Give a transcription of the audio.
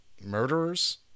murderers